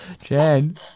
Jen